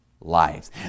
lives